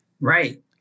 Right